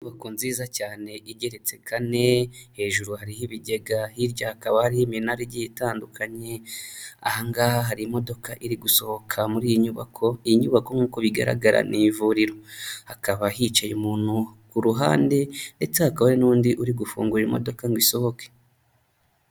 Inyubako nziza cyane igereritse kane hejuru hari ibigega hirya hakaba hariho iminara igiye itandukanye, aha ngaha hari imodoka iri gusohoka muri iyi nyubako, iyi nyubako nk'uko bigaragara ni ivuriro, hakaba hicaye umuntu ku ruhande ndetse hakaba hari n'undi uri gufungura imodoka ngo isohoke.